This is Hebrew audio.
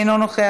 אינו נוכח,